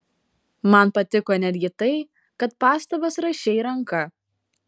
man patiko netgi tai kad pastabas rašei ranka